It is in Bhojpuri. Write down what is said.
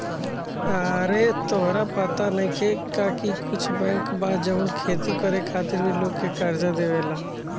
आरे तोहरा पाता नइखे का की कुछ बैंक बा जवन खेती करे खातिर भी लोग के कर्जा देवेला